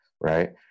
right